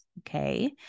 okay